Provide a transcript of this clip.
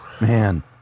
Man